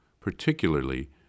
particularly